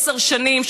עשר שנים,